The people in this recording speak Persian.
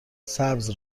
سبز